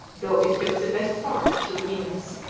though it took the best part of two years.